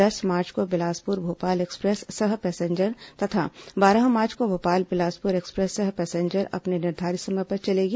दस मार्च को बिलासपुर भोपाल एक्सप्रेस सह पैसेंजर तथा बारह मार्च को भोपाल बिलासपुर एक्सप्रेस सह पैसेंजर अपने निर्धारित समय पर चलेगी